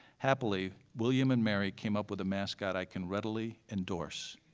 happily william and mary came up with a mascot i can readily endorse,